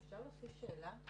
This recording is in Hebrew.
אפשר לשאול שאלה לפני שהוא עונה?